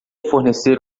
fornecer